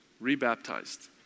re-baptized